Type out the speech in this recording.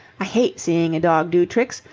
i hate seeing a dog do tricks.